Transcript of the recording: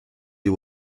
you